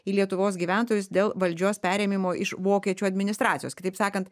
į lietuvos gyventojus dėl valdžios perėmimo iš vokiečių administracijos kitaip sakant